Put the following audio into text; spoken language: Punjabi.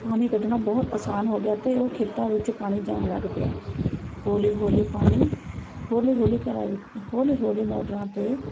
ਪਾਣੀ ਕੱਢਣਾ ਬਹੁਤ ਆਸਾਨ ਹੋ ਗਿਆ ਅਤੇ ਉਹ ਖੇਤਾਂ ਵਿੱਚ ਪਾਣੀ ਜਾਣ ਲੱਗ ਪਿਆ ਹੌਲੀ ਹੌਲੀ ਪਾਣੀ ਹੌਲੀ ਹੌਲੀ ਘਰਾਂ ਵਿ ਹੌਲੀ ਹੌਲੀ ਮੋਟਰਾਂ ਤੇ